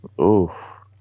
oof